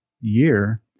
year